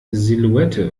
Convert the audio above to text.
silhouette